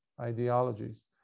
ideologies